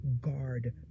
guard